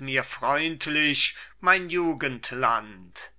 mir freundlich mein jugenland